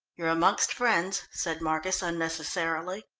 you're amongst friends, said marcus unnecessarily.